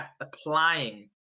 applying